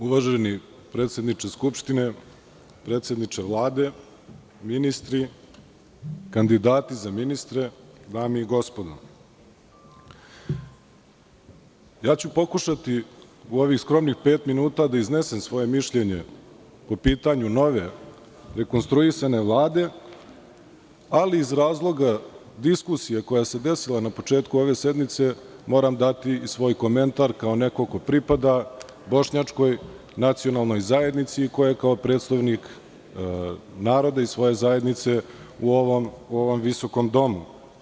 Uvaženi predsedniče Skupštine, predsedniče Vlade, ministri, kandidati za ministre, dame i gospodo, pokušaću u ovih skromnih pet minuta da iznesem svoje mišljenje po pitanju nove rekonstruisane Vlade, ali iz razloga diskusije koja se desila na početku ove sednice moram dati i svoj komentar kao neko ko pripada Bošnjačkoj nacionalnoj zajednici i ko je kao predstavnik naroda i svoja zajednice u ovom visokom domu.